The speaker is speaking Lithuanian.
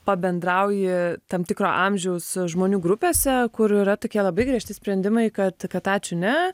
pabendrauji tam tikro amžiaus žmonių grupėse kur yra tokie labai griežti sprendimai kad kad ačiū ne